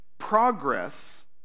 progress